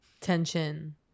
tension